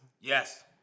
Yes